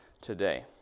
today